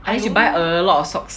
you should buy a lot of socks